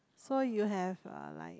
so you have uh like